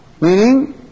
meaning